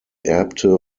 erbte